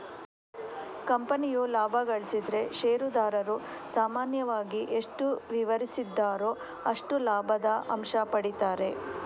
ಕಂಪನಿಯು ಲಾಭ ಗಳಿಸಿದ್ರೆ ಷೇರುದಾರರು ಸಾಮಾನ್ಯವಾಗಿ ಎಷ್ಟು ವಿವರಿಸಿದ್ದಾರೋ ಅಷ್ಟು ಲಾಭದ ಅಂಶ ಪಡೀತಾರೆ